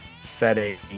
setting